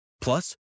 Plus